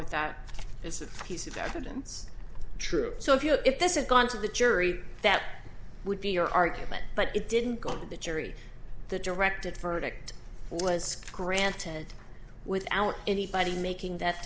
with that is that piece of evidence true so if you know if this is to the jury that would be your argument but it didn't go to the jury the directed verdict was granted without anybody making that